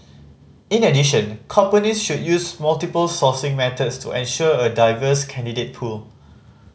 in addition companies should use multiple sourcing methods to ensure a diverse candidate pool